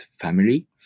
family